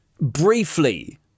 briefly